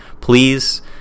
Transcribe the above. please